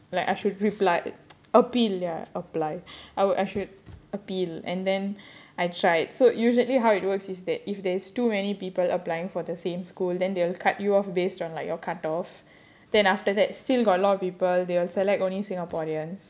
like I should reply appeal ya apply I would I should appeal and then I tried so usually how it works is that if there's too many people applying for the same school then they'll cut you off based on like your cut off then after that still got a lot of people they will select only singaporeans